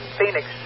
Phoenix